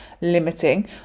limiting